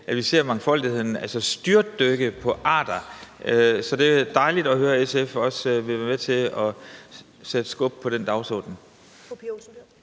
og vi ser mangfoldigheden i arter styrtdykke. Så det er dejligt at høre, at SF også vil være med til at sætte skub på den dagsorden.